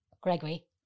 Gregory